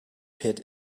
pit